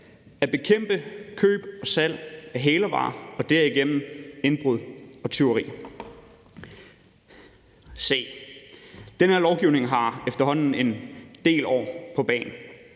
at bekæmpe køb og salg af hælervarer og derigennem indbrud og tyveri. Den her lovgivning har efterhånden en del år på bagen.